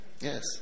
Yes